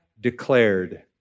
declared